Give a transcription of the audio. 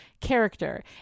character